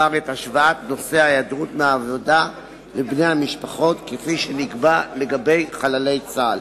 השוואת נושא ההיעדרות מהעבודה לבני המשפחות כפי שנקבע לגבי חללי צה"ל.